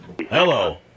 Hello